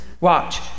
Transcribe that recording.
Watch